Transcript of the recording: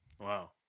Wow